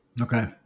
Okay